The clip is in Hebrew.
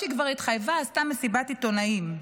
שכבר התחייבה ועשתה מסיבת עיתונאים.